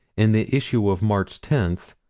in the issue of march tenth,